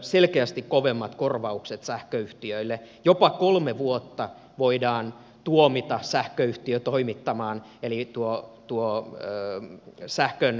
ruotsissa sähköyhtiöiden korvaukset sähköyhtiöille jopa kolme vuotta voidaan tuomita sähköyhtiö toimittamaan yli tuhat tulo ovat selkeästi kovemmat